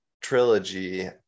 trilogy